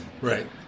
Right